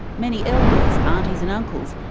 many elders, ah aunties and uncles,